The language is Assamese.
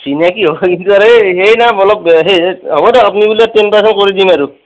চিনাকি হয় হ'ব দিয়ক আপোনক নিলে টেন পাৰচেণ্ট কৰি দিম আৰু